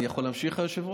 אני יכול להמשיך, היושב-ראש?